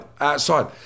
outside